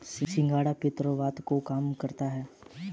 सिंघाड़ा पित्त और वात को कम करता है